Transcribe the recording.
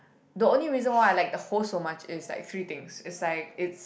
the only reason why I like the whole so much is like three things is like it's